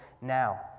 now